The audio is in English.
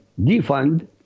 defund